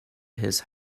his